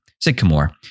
sycamore